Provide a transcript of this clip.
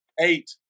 Eight